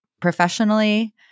professionally